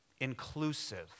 Inclusive